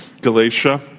Galatia